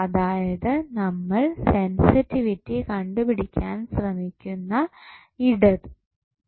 അതായത് നമ്മൾ സെൻസിറ്റിവിറ്റി കണ്ടുപിടിക്കാൻ ശ്രമിക്കുന്ന ഇടത്തു